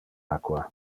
aqua